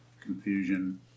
confusion